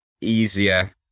easier